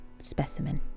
specimen